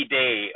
day